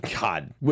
God